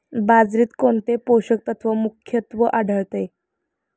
बाजरीत कोणते पोषक तत्व मुख्यत्वे आढळते?